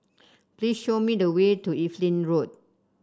please show me the way to Evelyn Road